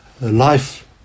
life